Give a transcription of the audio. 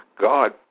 God